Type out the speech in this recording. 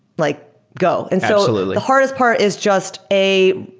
like go. and so absolutely. the hardest part is just, a,